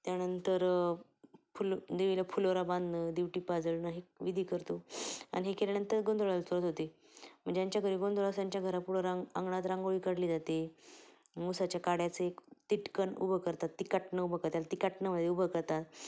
त्यानंतर फुल देवीला फुलोरा बांधणं दिवटी पाजळणं हे विधी करतो आणि हे केल्यानंतर गोंधळाला सुरूवात होते म्हणजे ज्यांच्या घरी गोंधळ असतो त्यांच्या घरापुढं रां अंगणात रांगोळी काढली जाते ऊसाच्या काड्याचे तिटकन उभं करतात तिकाटनं उभं करतात त्याला तिकाटनं मध्ये उभं करतात